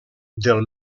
del